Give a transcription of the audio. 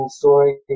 story